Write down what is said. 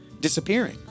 disappearing